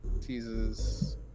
teases